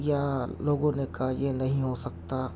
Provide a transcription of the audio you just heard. یا لوگوں نے کہا یہ نہیں ہو سکتا